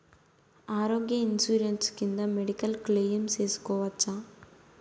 ఆరోగ్య ఇన్సూరెన్సు కింద medical claim సేసుకోవచ్చా?